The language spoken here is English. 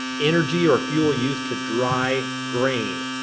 energy or fuel used to dry grain.